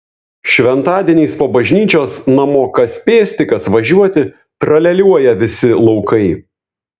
šventadieniais po bažnyčios namo kas pėsti kas važiuoti tralialiuoja visi laukai